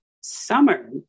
summer